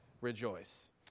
rejoice